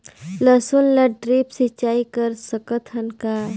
लसुन ल ड्रिप सिंचाई कर सकत हन का?